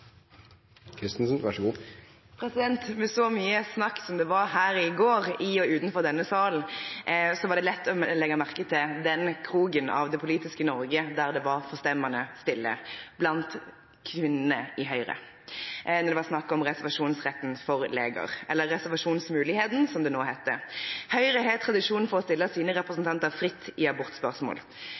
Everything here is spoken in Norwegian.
replikkordskifte. Med så mye snakk som det var her i går, i og utenfor denne salen, var det lett å legge merke til den kroken av det politiske Norge der det var forstemmende stille: blant kvinnene i Høyre da det var snakk om reservasjonsretten for leger – eller reservasjonsmuligheten, som det nå heter. Høyre har tradisjon for å stille sine representanter fritt i abortspørsmål.